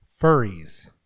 furries